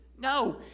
No